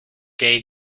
gay